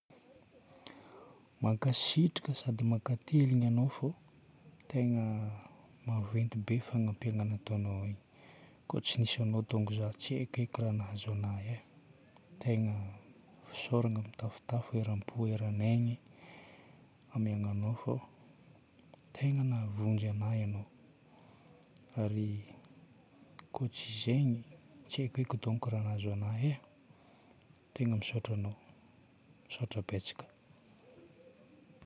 Mankasitraka sady mankateligna anao fô tegna maventy be fanampiagna nataonao ahy. Koa tsy nisy anao tonga tsy haiko eky raha nahazo ana e. Tegna fisaoragna mitafotafo eram-po, eran'aigny amena anao fô tegna nahavonjy ana ianao. Ary koa tsy izegny, tsy haiko eky donko raha hahazo anahy e. Tegna misaotra anao. Misaotra betsaka.